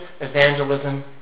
evangelism